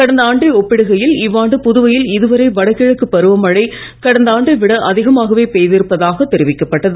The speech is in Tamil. கடந்த ஆண்டை ஒப்பிடுகையில் இவ்வாண்டு புதுவையில் இதுவரை வடகிழக்கு பருவ மழை கடந்தாண்டை விட அதிகமாகவே பெய்திருப்பதாக தெரிவிக்கப்பட்டது